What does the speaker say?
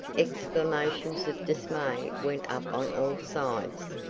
exclamations of dismay went up on all sides.